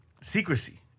secrecy